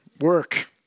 Work